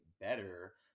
better